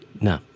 No